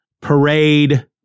parade